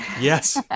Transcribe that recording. Yes